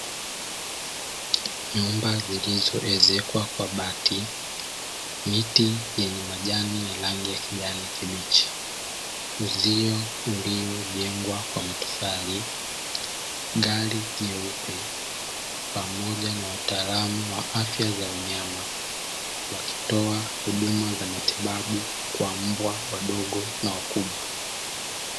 Nyumba zilizoezekwa kwa bati, miti yenye rangi ya kijani kibichi, uzio uliojengwa kwa matofari, gari jeupe pamoja na wataalamu wa afya za wanyama wakitoa huduma za matibabu kwa mbwa wadogo na wakubwa.